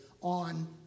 on